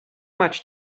much